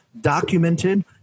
documented